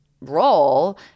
role